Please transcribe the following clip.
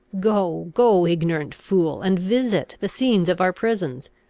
go, go, ignorant fool! and visit the scenes of our prisons!